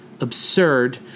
absurd